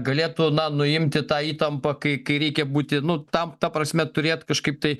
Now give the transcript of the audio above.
galėtų na nuimti tą įtampą kai kai reikia būti nu tam ta prasme turėt kažkaip tai